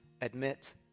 admit